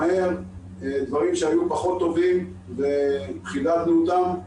דברים שהיו פחות טובים וחידדנו אותם,